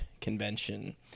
convention